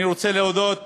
אני רוצה להודות